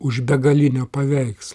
už begalinio paveiks